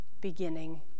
beginning